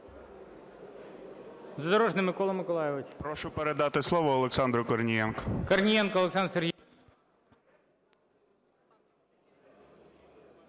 Прошу передати слово Олександру Корнієнку.